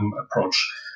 approach